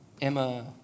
Emma